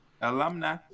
alumni